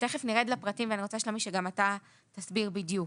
תיכף נרד לפרטים ואני רוצה, שלומי, שתסביר בדיוק.